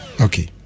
Okay